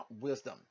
Wisdom